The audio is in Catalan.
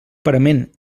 parament